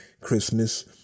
christmas